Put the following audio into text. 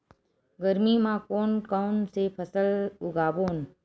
गरमी मा कोन कौन से फसल उगाबोन?